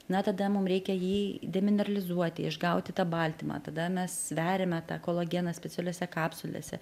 na tada mum reikia jį demineralizuoti išgauti tą baltymą tada mes sveriame tą kolageną specialiose kapsulėse